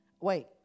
Wait